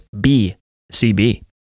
B-C-B